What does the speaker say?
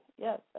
Yes